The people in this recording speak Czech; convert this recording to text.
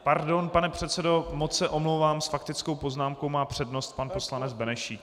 Pardon, pane předsedo, moc se omlouvám s faktickou poznámkou má přednost pan poslanec Benešík.